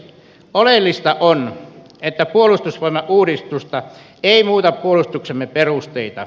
oleellista on että puolustusvoimauudistus ei muuta puolustuksemme perusteita